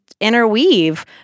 interweave